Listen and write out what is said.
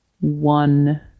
one